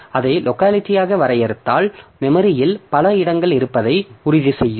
அதை லோக்காலிட்டியாக வரையறுத்தால் மெமரியில் பல இடங்கள் இருப்பதை உறுதி செய்யும்